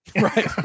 Right